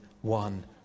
one